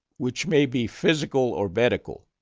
which may be physical or medical.